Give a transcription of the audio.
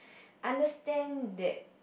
understand that